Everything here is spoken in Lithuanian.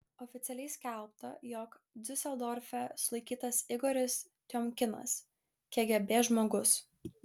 oficialiai skelbta jog diuseldorfe sulaikytas igoris tiomkinas kgb žmogus